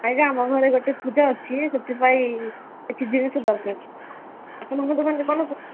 ଆଜ୍ଞା ଆମ ଘରେ ଗୋଟେ ପୂଜା ଅଛି ସେଥିପାଇଁ କିଛି ଜିନିଷ ଦରକାର ଆପଣଙ୍କ ଦୋକାନ ରେ କଣ